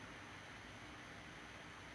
mm